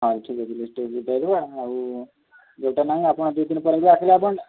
ହଉ ଠିକ୍ ଅଛି ଲିଷ୍ଟ୍ ଦେଇଦେବ ଆମେ ଆଉ ଏବେ ତ ନାହିଁ ଆପଣ ଦୁଇ ଦିନ ପରେ ବି ଆସିଲେ ଆପଣ